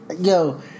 Yo